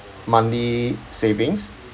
monthly savings